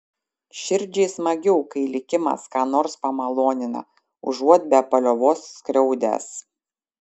širdžiai smagiau kai likimas ką nors pamalonina užuot be paliovos skriaudęs